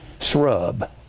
shrub